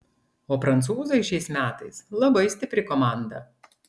o prancūzai šiais metais labai stipri komanda